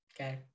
Okay